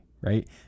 right